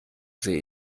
sehe